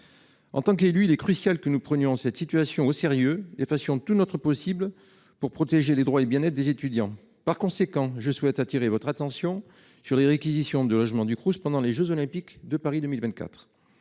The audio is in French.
En tant qu'élus, il est crucial que nous prenions cette situation au sérieux et fassions tout notre possible pour protéger les droits et le bien-être des étudiants. Par conséquent, monsieur le ministre, je souhaite attirer votre attention sur les réquisitions de logements du Crous pendant les jeux Olympiques de Paris 2024.